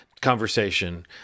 conversation